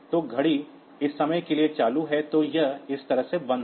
तो घड़ी इस समय के लिए चालू है तो यह इस तरह से बंद है